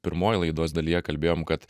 pirmoj laidos dalyje kalbėjom kad